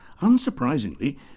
Unsurprisingly